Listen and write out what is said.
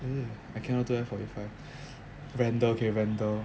mm I cannot do F forty five rendall okay rendall